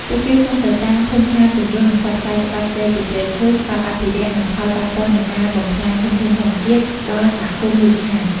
ពួកគេចុះទៅតាមភូមិឋានពន្យល់ និងផ្សព្វផ្សាយច្បាប់ស្តីពីព្រៃឈើ ច្បាប់អភិរក្ស និងផលប៉ះពាល់នៃការបំផ្លាញធនធានធម្មជាតិ ដល់សហគមន៍មូលដ្ឋាន។